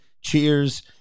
Cheers